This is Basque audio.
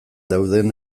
dauden